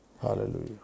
Hallelujah